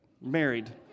Married